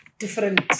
Different